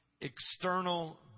external